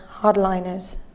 hardliners